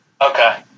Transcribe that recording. Okay